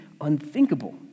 unthinkable